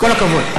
כל הכבוד.